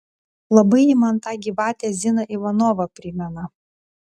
labai ji man tą gyvatę ziną ivanovą primena